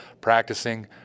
Practicing